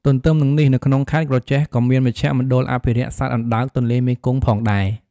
ទន្ទឹមនឹងនេះនៅក្នុងខេត្តក្រចេះក៏មានមជ្ឈមណ្ឌលអភិរក្សសត្វអណ្ដើកទន្លេមេគង្គផងដែរ ។